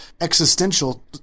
existential